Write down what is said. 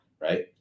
right